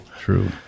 True